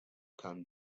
come